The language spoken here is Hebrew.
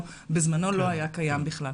בזמנו לא היה קיים בכלל.